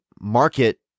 market